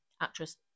Actress